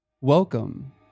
welcome